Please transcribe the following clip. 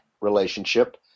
relationship